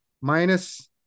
minus